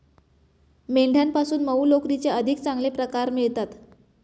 मेंढ्यांपासून मऊ लोकरीचे अधिक चांगले प्रकार मिळतात